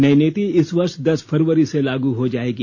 नई नीति इस वर्ष दस फरवरी से लागू हो जाएगी